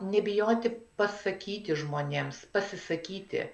nebijoti pasakyti žmonėms pasisakyti